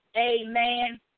amen